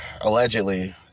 allegedly